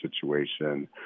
situation